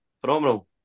Phenomenal